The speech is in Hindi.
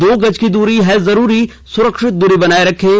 दो गज की दूरी है जरूरी सुरक्षित दूरी बनाए रखें